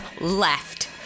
left